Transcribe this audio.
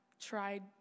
tried